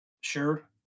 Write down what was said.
Sure